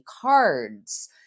cards